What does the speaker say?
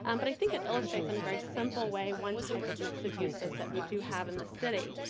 um but i think it illustrates in a very simple way one type of mix of uses that we do have in the city.